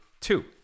two